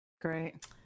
Great